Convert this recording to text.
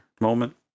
moment